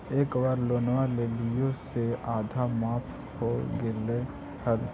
एक बार लोनवा लेलियै से आधा माफ हो गेले हल?